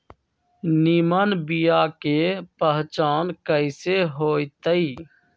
निमन बीया के पहचान कईसे होतई?